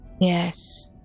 Yes